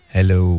Hello